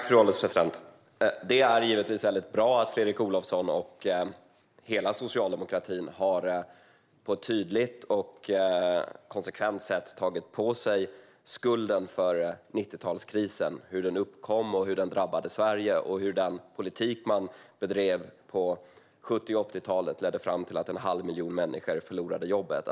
Fru ålderspresident! Det är givetvis väldigt bra att Fredrik Olovsson och hela socialdemokratin på ett tydligt och konsekvent sätt har tagit på sig skulden för 90-talskrisen: hur den uppkom, hur den drabbade Sverige och hur den politik man bedrev på 70 och 80-talet ledde fram till att en halv miljon människor förlorade jobbet.